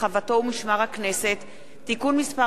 רחבתו ומשמר הכנסת (תיקון מס'